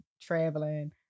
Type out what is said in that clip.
traveling